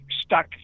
stuck